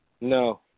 No